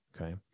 okay